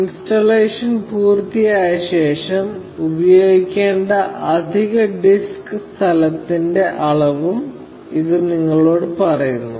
installation പൂർത്തിയായ ശേഷം ഉപയോഗിക്കേണ്ട അധിക ഡിസ്ക് സ്ഥലത്തിന്റെ അളവും ഇത് നിങ്ങളോട് പറയുന്നു